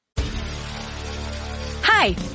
Hi